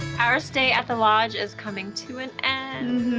our stay at the lodge is coming to an and